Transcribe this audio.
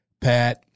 Pat